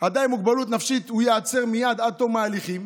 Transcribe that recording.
אדם עם מוגבלות נפשית ייעצר מייד עד תום ההליכים